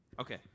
Okay